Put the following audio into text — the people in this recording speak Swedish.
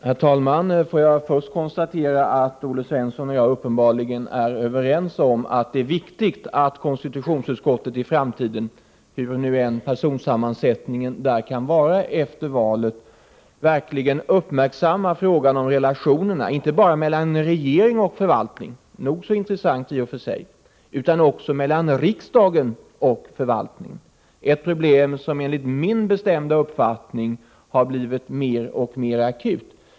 Herr talman! Får jag först konstatera att Olle Svensson och jag uppenbarligen är överens om att det är viktigt att konstitutionsutskottet i framtiden, hur nu än personsammansättningen där kan vara efter valet, uppmärksammar frågan om relationerna inte bara mellan regering och förvaltning — nog så intressant i och för sig — utan också mellan riksdag och förvaltning. Det är ett problem som enligt min bestämda uppfattning har blivit mer och mer akut.